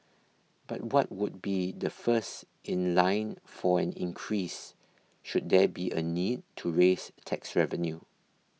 but what would be the first in line for an increase should there be a need to raise tax revenue